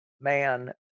man